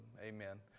amen